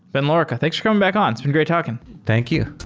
ben lorica, thanks for coming back on. it's been great talking. thank you.